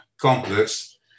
complex